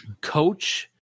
coach